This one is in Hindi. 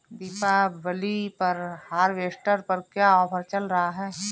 दीपावली पर हार्वेस्टर पर क्या ऑफर चल रहा है?